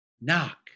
Knock